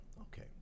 Okay